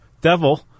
devil